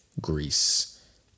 Greece